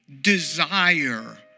desire